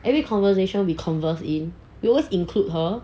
any conversation we converse in we always include her